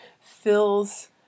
fills